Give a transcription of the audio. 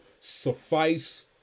suffice